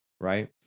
right